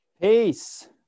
Peace